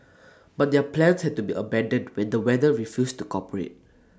but their plans had to be abandoned when the weather refused to cooperate